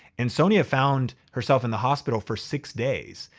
and sonja found herself in the hospital for six days.